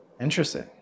Interesting